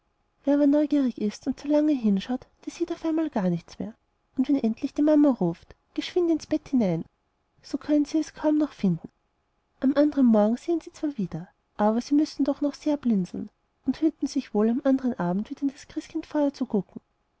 wer aber neugierig ist und zu lange hinschaut der sieht auf einmal gar nichts mehr und wenn endlich die mama ruft geschwind ins bett hinein so können sie es kaum noch finden am andern morgen sehen sie zwar wieder aber sie müssen doch noch sehr blinzeln und hüten sich wohl am andern abend wieder in das christkindfeuer zu gucken